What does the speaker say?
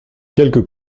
quelques